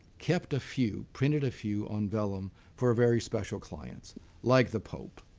kept a few, printed a few, on vellum for very special clients like the pope.